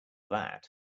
that